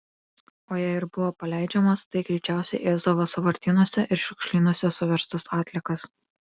o jei ir buvo paleidžiamos tai greičiausiai ėsdavo sąvartynuose ir šiukšlynuose suverstas atliekas